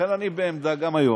לכן אני בעמדה, גם היום,